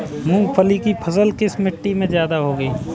मूंगफली की फसल किस मिट्टी में ज्यादा होगी?